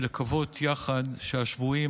ולקוות יחד שהשבויים,